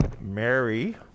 Mary